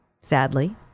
sadly